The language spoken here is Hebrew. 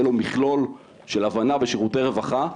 יהיה לו מכלול של הבנה בשירותי רווחה,